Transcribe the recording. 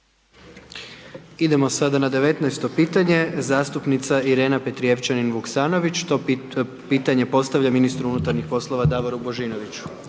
Idemo sada na 19 pitanje, zastupnica Irena Petrijevčanin Vuksaovnić, to pitanje postavlja ministru unutarnjih poslova, Davoru Božinoviću,